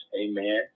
Amen